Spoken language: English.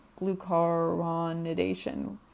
glucuronidation